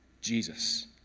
Jesus